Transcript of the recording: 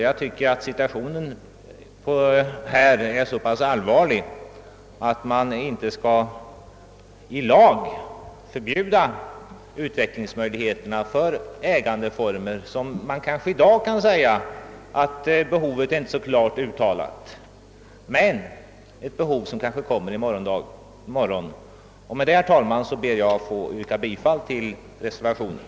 Jag tycker att situationen här är så pass allvarlig, att man inte skall i lag förbjuda utvecklingsmöjligheterna för ägandeformer, i fråga om vilka man kanske i dag kan säga att behovet inte är så klart uttalat men beträffande vilka behov måhända kan uppkomma i morgon. Med det anförda ber jag, herr talman, att få yrka bifall till reservationen.